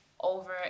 over